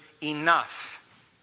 enough